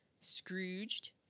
Scrooged